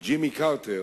ג'ימי קרטר